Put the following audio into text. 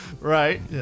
Right